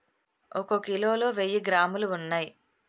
ఒక కిలోలో వెయ్యి గ్రాములు ఉన్నయ్